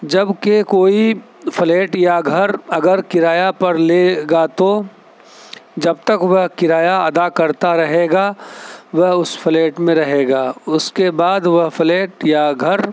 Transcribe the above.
جبکہ کوئی فلیٹ یا گھر اگر کرایہ پر لے گا تو جب تک وہ کرایہ ادا کرتا رہے گا وہ اس فلیٹ میں رہے گا اس کے بعد وہ فلیٹ یا گھر